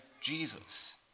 Jesus